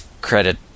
credit